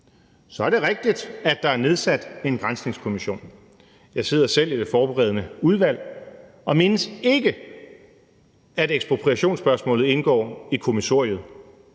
Så er det rigtigt, at der er nedsat en granskningskommision. Jeg sidder selv i det forberedende udvalg og mindes ikke, at ekspropriationsspørgsmålet indgår i kommissoriet.